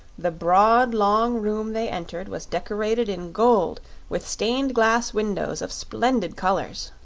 the broad, long room they entered was decorated in gold with stained-glass windows of splendid colors.